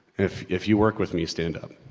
if, if you work with me stand up.